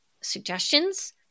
suggestions